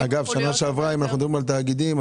אם מדברים על תאגידים,